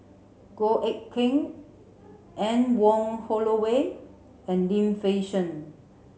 Goh Eck Kheng Anne Wong Holloway and Lim Fei Shen